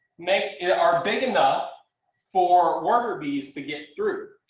made, you know are big enough for worker bees to get through,